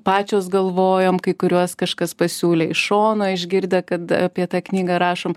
pačios galvojom kai kuriuos kažkas pasiūlė iš šono išgirdę kad apie tą knygą rašom